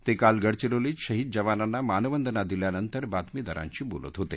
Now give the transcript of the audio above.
ते काल गडचिरोलीत शहीद जवानांना मानवंदना दिल्यानंतर बातमीदारांशी बोलत होते